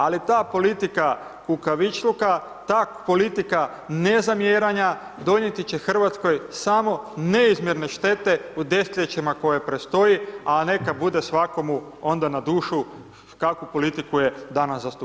Ali ta politika kukavičluka, ta politika nezamjeranja donijeti će Hrvatskoj samo neizmjerne štete u desetljećima koje predstoji a neka bude svakome onda na dušu kakvu politiku je danas zastupao.